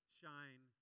shine